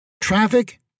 Traffic